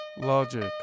Logic